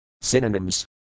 Synonyms